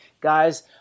guys